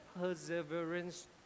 perseverance